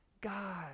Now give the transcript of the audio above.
God